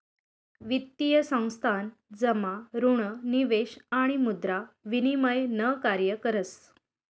वित्तीय संस्थान जमा ऋण निवेश आणि मुद्रा विनिमय न कार्य करस